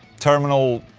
terminal.